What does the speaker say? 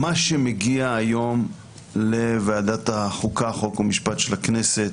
מה שמגיע היום לוועדת החוקה חוק ומשפט של הכנסת